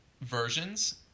versions